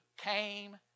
came